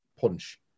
punch